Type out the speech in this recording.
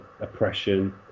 oppression